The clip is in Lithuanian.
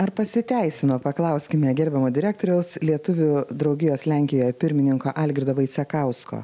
ar pasiteisino paklauskime gerbiamo direktoriaus lietuvių draugijos lenkijoje pirmininko algirdo vaicekausko